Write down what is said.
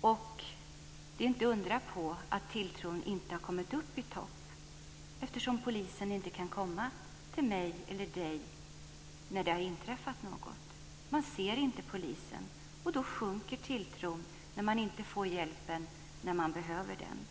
Och det är inte att undra på att tilltron inte har kommit upp i topp, när polisen inte kan komma till mig eller dig när det har inträffat något. Man ser inte polisen, och då sjunker tilltron när man inte får hjälpen när man behöver den.